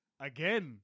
Again